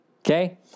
Okay